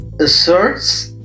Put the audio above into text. asserts